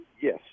yes